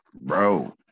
bro